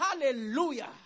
Hallelujah